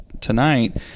tonight